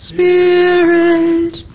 Spirit